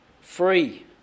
free